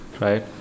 right